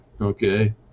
Okay